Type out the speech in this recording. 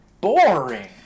boring